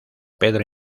pedro